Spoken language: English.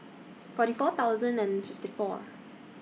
forty four thousand and fifty four